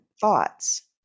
thoughts